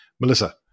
Melissa